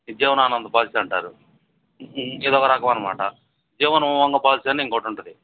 Jeevan Anand policy అంటారు ఇదొక రకం అనమాట జీవన్ ఉమంగ్ పాలసీ అని ఇంకొకటుంటుంది